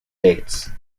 dates